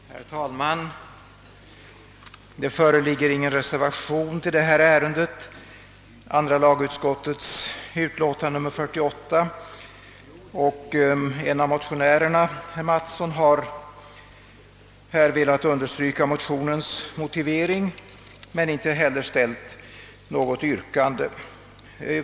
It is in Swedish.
Herr talman! Det föreligger ingen reservation till andra lagutskottets utlåtande nr 48. En av motionärerna, herr Mattsson har velat understryka motionens motivering men inte ställt något yrkande.